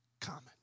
common